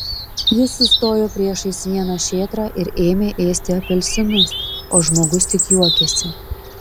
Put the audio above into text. jis sustojo priešais vieną šėtrą ir ėmė ėsti apelsinus o žmogus tik juokėsi